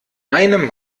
einem